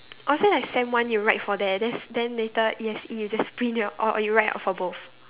or is it like sem one you write for that that's then later E_S_E you just print it out or you write out for both